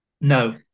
No